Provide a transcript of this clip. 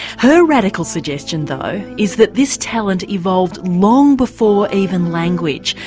her radical suggestion though is that this talent evolved long before even language,